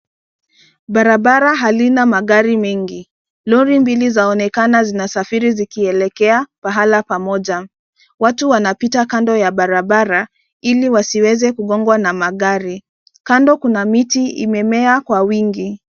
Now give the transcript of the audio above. Barabara halina magari mengi, lori mbili zaonekana zinasafiri zikielekea pahala pamoja. Watu wanapita kando ya barabara ili wasiweze kugongwa na magari. Kando kuna miti imemea kwa wingi.